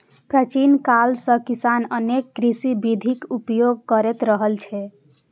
प्राचीन काल सं किसान अनेक कृषि विधिक उपयोग करैत रहल छै